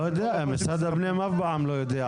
לא יודע, משרד הפנים אף פעם לא יודע על דיונים.